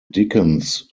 dickens